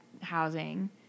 housing